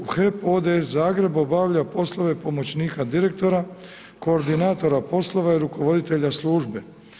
U HEP ODS Zagreb obavlja poslove pomoćnika direktora, koordinatora poslova rukovoditelja službe.